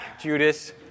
Judas